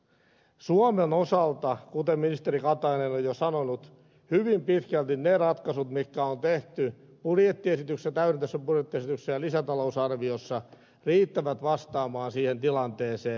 suomen osalta kuten ministeri katainen on jo sanonut hyvin pitkälti ne ratkaisut jotka on tehty budjettiesityksessä täydentävässä budjettiesityksessä ja lisätalousarviossa riittävät vastaamaan siihen tilanteeseen